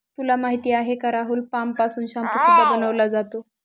तुला माहिती आहे का राहुल? पाम पासून शाम्पू सुद्धा बनवला जातो